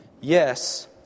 Yes